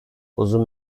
uzun